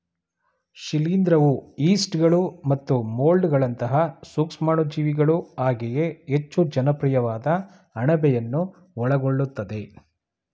ಶಿಲೀಂಧ್ರವು ಯೀಸ್ಟ್ಗಳು ಮತ್ತು ಮೊಲ್ಡ್ಗಳಂತಹ ಸೂಕ್ಷಾಣುಜೀವಿಗಳು ಹಾಗೆಯೇ ಹೆಚ್ಚು ಜನಪ್ರಿಯವಾದ ಅಣಬೆಯನ್ನು ಒಳಗೊಳ್ಳುತ್ತದೆ